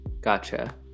gotcha